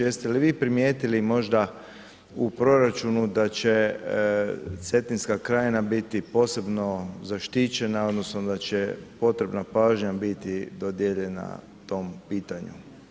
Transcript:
Jeste li vi primijetili možda u proračunu da će Cetinska krajina biti posebno zaštićena odnosno da će potrebna pažnja biti dodijeljena tom pitanju?